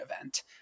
event